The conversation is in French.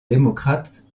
démocrates